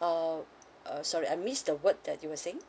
um err sorry I miss the word that you were saying